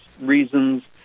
reasons